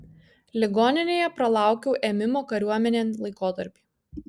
ligoninėje pralaukiau ėmimo kariuomenėn laikotarpį